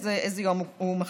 איזה יום הוא מחליט.